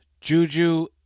Juju